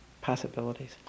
possibilities